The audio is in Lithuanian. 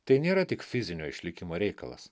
tai nėra tik fizinio išlikimo reikalas